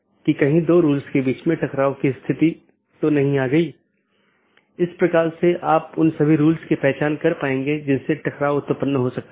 यदि इस संबंध को बनाने के दौरान AS में बड़ी संख्या में स्पीकर हैं और यदि यह गतिशील है तो इन कनेक्शनों को बनाना और तोड़ना एक बड़ी चुनौती है